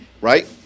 right